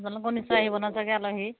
আপোনালোকৰ নিশ্চয় আহিব চাগে নহয় আলহী